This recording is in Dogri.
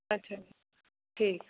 अच्छा ठीक ऐ